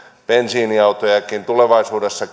bensiiniautojakin tulevaisuudessa